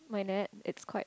my net is quite